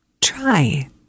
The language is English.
Try